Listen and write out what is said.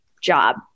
job